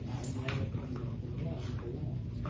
and normal chromosome twenty one with the long.